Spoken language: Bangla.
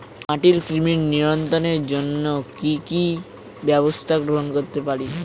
মাটির কৃমি নিয়ন্ত্রণের জন্য কি কি ব্যবস্থা গ্রহণ করতে পারি?